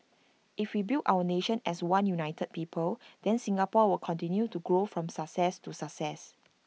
if we build our nation as one united people then Singapore will continue to go from success to success